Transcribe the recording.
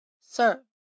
Sir